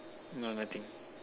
no nothing